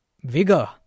vigor